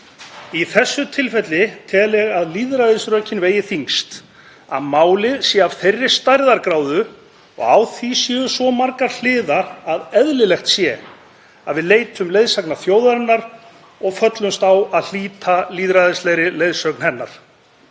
„Í þessu tilviki tel ég að lýðræðisrökin vegi þyngst, að málið sé af þeirri stærðargráðu og á því séu svo margar hliðar að eðlilegt sé að við leitum leiðsagnar þjóðarinnar og föllumst á að hlíta lýðræðislegri leiðsögn hennar.“